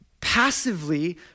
passively